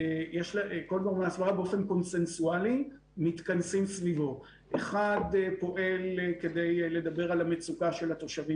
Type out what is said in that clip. שני השקפים האחרונים שלי מציגים קצת מספרים בדיגיטל במהלך המבצע.